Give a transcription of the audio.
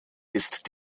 ist